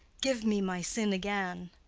give me my sin again.